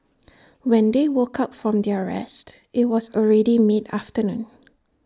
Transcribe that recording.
when they woke up from their rest IT was already mid afternoon